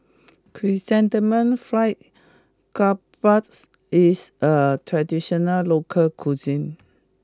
Chrysanthemum Fried Garoupa is a traditional local cuisine